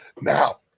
Now